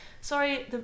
sorry